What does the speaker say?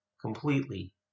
completely